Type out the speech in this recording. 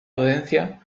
audiencia